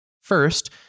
First